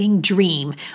dream